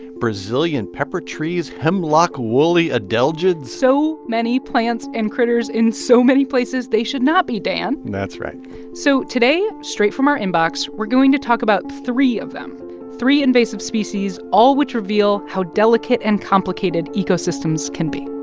brazilian pepper trees, hemlock woolly adelgids so many plants and critters in so many places they should not be, dan that's right so today, straight from our inbox, we're going to talk about three of them three invasive species, all of which reveal how delicate and complicated ecosystems can be